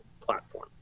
platform